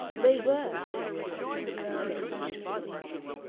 they were, she realized, acutely beautiful things.